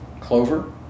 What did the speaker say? clover